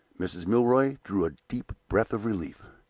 mrs. milroy drew a deep breath of relief.